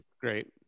great